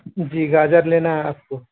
جی گاجر لینا ہے آپ کو